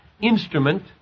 instrument